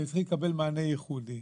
והן צריכות לקבל מענה ייחודי.